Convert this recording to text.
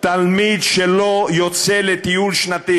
תלמיד שלא יוצא לטיול שנתי